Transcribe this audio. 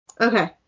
Okay